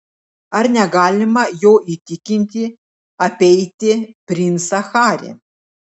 ar negalima jo įtikinti apeiti princą harį